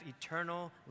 eternal